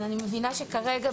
אני מבינה שכרגע,